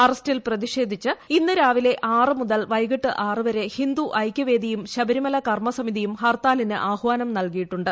അറസ്റ്റിൽ പ്രതിഷേധിച്ച് ഇന്ന് രാവിലെ മുതൽ വൈകിട്ട് ആറ് വരെ ഹിന്ദു ഐക്യവേദിയും ശബരിമല കർമ്മസമിതിയും ഹർത്താലിന് ആഹ്വാനം നൽകിയിട്ടുണ്ട്